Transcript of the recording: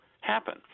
happen